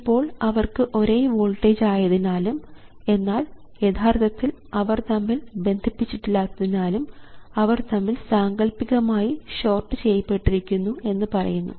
ഇപ്പോൾ അവർക്ക് ഒരേ വോൾട്ടേജ് ആയതിനാലും എന്നാൽ യഥാർഥത്തിൽ അവർ തമ്മിൽ ബന്ധിപ്പിച്ചിട്ടില്ലാത്തതിനാലും അവർ തമ്മിൽ സാങ്കല്പികമായി ഷോർട്ട് ചെയ്യപ്പെട്ടിരിക്കുന്നു എന്ന് പറയുന്നു